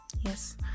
Yes